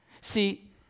See